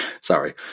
Sorry